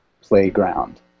playground